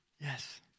Yes